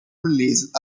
released